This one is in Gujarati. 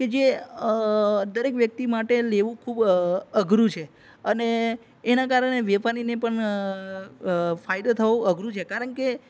કે જે દરેક વ્યક્તિ માટે લેવું ખૂબ અઘરું છે અને એનાં કારણે વેપારીને પણ ફાયદો થવો અઘરું છે કારણ કે